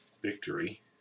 victory